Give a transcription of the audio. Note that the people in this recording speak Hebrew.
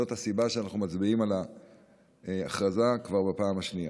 זאת הסיבה שאנחנו מצביעים על ההכרזה כבר בפעם השנייה.